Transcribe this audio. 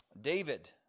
David